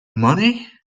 money